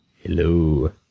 Hello